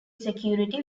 security